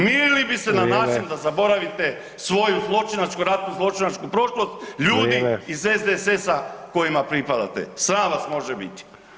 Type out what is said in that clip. Mirili bi se [[Upadica: Vrijeme.]] na način da zaboravite svoju zločinačku, ratno-zločinačku prošlost [[Upadica: Vrijeme.]] ljudi iz SDSS-a kojima pripadate, sram vas može biti.